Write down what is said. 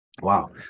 Wow